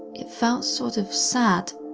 it felt sort of, sad,